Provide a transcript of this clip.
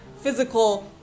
physical